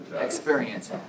experience